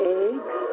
eggs